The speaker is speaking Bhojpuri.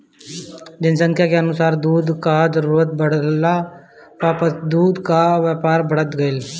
जनसंख्या के अनुसार दूध कअ जरूरत बढ़ला पअ दूध कअ व्यापार बढ़त गइल